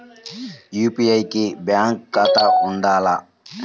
UPI కి bank ఖాతా ఉండాల?